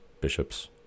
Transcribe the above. bishops